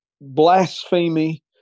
blasphemy